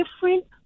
different